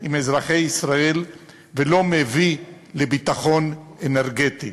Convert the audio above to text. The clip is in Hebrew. עם אזרחי ישראל ולא מביא לביטחון אנרגטי.